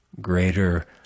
Greater